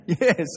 Yes